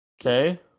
Okay